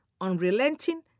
unrelenting